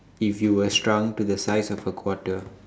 if you were shrunk to the size of a quarter